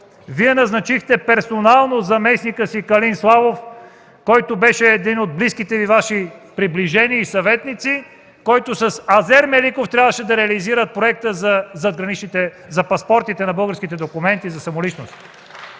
Вие назначихте персонално заместника си Калин Славов, който беше един от близките Ваши приближени и съветници, който с Азер Меликов трябваше да реализира проекта за паспортите на българските документи за самоличност.